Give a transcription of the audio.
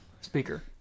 Speaker